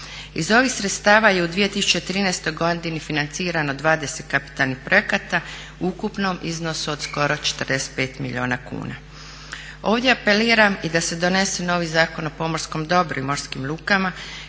Iz ovih sredstava je u 2013. godini financirano 20 kapitalnih projekata u ukupnom iznosu od skoro 45 milijuna kuna. Ovdje apeliram i da se donese novi Zakon o pomorskom dobru i morskim lukama